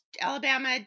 Alabama